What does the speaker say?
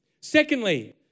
Secondly